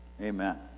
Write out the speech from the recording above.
amen